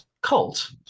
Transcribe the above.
cult